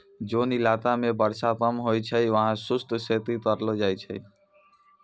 जोन इलाका मॅ वर्षा कम होय छै वहाँ शुष्क खेती करलो जाय छै